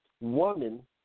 Woman